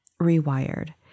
rewired